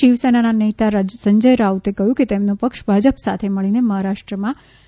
શિવસેનાના નેતા સંજય રાઉતે કહ્યું કે તેમનો પક્ષ ભાજપ સાથે મળીને મહારાષ્ટ્રમાં સરકાર બનાવશે